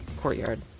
courtyard